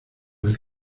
del